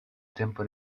tempo